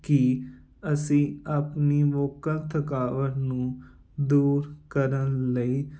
ਕੀ ਅਸੀਂ ਆਪਣੀ ਵੋਕਲ ਥਕਾਵਟ ਨੂੰ ਦੂਰ ਕਰਨ ਲਈ